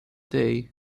day